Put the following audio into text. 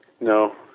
no